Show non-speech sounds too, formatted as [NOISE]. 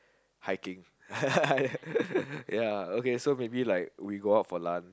hiking [LAUGHS] ya so maybe like we go out for lunch